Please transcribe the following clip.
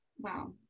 wow